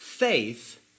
Faith